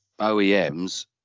OEMs